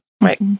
Right